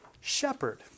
shepherd